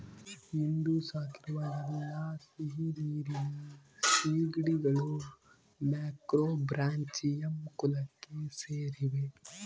ಇಂದು ಸಾಕಿರುವ ಎಲ್ಲಾ ಸಿಹಿನೀರಿನ ಸೀಗಡಿಗಳು ಮ್ಯಾಕ್ರೋಬ್ರಾಚಿಯಂ ಕುಲಕ್ಕೆ ಸೇರಿವೆ